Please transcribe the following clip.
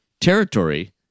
territory